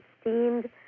steamed